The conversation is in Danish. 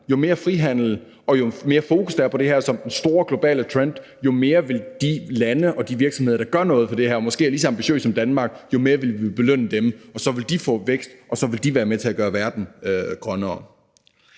Jo mere frihandel og jo mere fokus, der er på det her som den store globale trend, jo mere vil vi belønne de lande og de virksomheder, der gør noget for det her og måske er lige så ambitiøse som Danmark, og så vil de få vækst, og så vil de være med til at gøre verden grønnere.